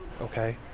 okay